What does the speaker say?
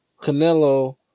Canelo